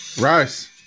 Rice